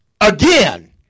Again